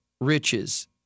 riches